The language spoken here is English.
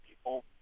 people